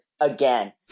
again